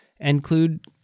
Include